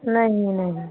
नहीं नहीं